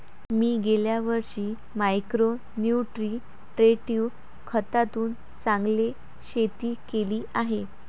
मी गेल्या वर्षी micro nutritive खतातून चांगले शेती केली आहे